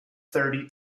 thirty